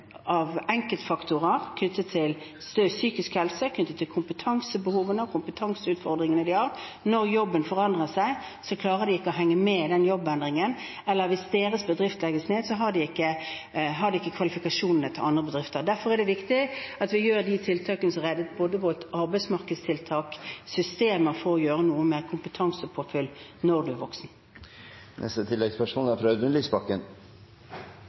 enkeltfaktorer knyttet til psykisk helse, til kompetansebehovene og kompetanseutfordringene de har. Når jobben forandrer seg, klarer de ikke å henge med i jobbendringen, eller hvis deres bedrift legges ned, har de ikke kvalifikasjonene til andre bedrifter. Derfor er det viktig at vi setter i verk både arbeidsmarkedstiltak og systemer for å gjøre noe med kompetansepåfyll for voksne. Audun Lysbakken – til oppfølgingsspørsmål. Jo lenger ut i perioden vi kommer, desto flinkere blir statsministeren til å skylde på alle andre. Det er